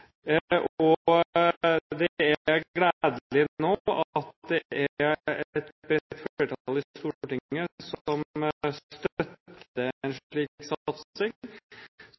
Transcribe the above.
Det er gledelig nå at det er et bredt flertall i Stortinget som støtter en slik satsing, som mener at